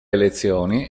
elezioni